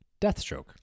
Deathstroke